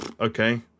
Okay